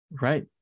Right